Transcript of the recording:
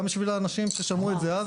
גם בשביל אנשים ששמעו את זה אז.